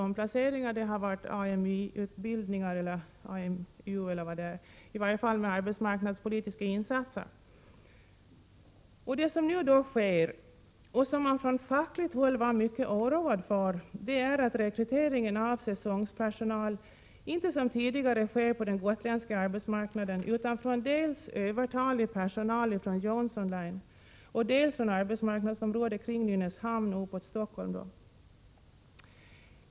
Omplaceringar och arbetsmarknadspolitiska insatser, bl.a. utbildning, har förekommit. Det som nu sker — och som man från fackligt håll var mycket oroad för — är att rekryteringen av säsongspersonal inte som tidigare sker på den gotländska arbetsmarknaden, utan dels från övertalig personal på Johnson Line, dels från arbetsmarknadsområdet kring Nynäshamn och uppåt Stockholm.